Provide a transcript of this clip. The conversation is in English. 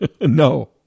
No